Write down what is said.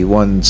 one